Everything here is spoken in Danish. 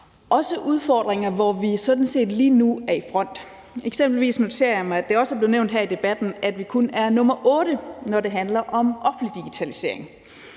også udfordringer, hvor vi sådan set lige nu er i front. Eksempelvis noterer jeg mig, at det også er blevet nævnt her i debatten, at vi kun er nummer otte, når det handler om offentlig digitalisering.